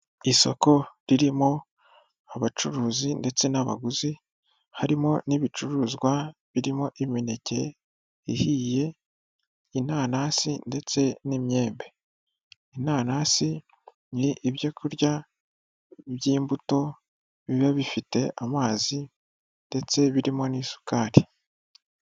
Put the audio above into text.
Isoko ririmo abacuruzi ndetse n'abaguzi harimo n'ibicuruzwa birimo imineke ihiye inanasi ndetse n'imyembe, inanasi ni ibyo kurya by'imbuto biba bifite amazi ndetse birimo n'isukari.